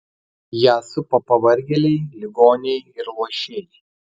ją supa pavargėliai ligoniai ir luošiai